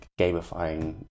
gamifying